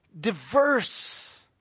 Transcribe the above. diverse